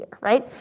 right